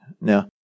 Now